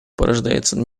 порождается